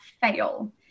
fail